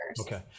Okay